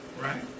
Right